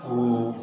ओ